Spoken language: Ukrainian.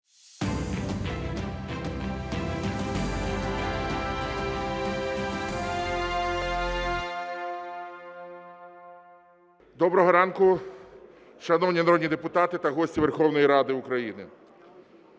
Доброго ранку, шановні народні депутати та гості Верховної Ради України!